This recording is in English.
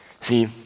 See